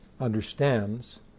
understands